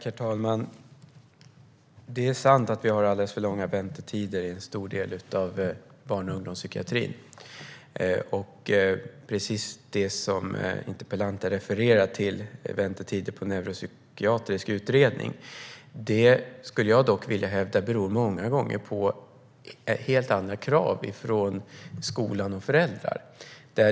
Herr talman! Det är sant att vi har alldeles för långa väntetider i en stor del av barn och ungdomspsykiatrin. När det gäller väntetider till neuropsykiatrisk utredning, som interpellanten refererar till, skulle jag dock vilja hävda att det många gånger beror på att det kommer helt andra krav från skolan och föräldrar.